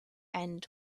end